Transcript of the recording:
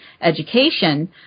education